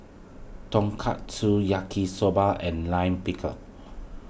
Tonkatsu Yaki Soba and Lime Pickle